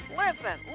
listen